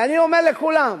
ואני אומר לכולם: